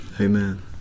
Amen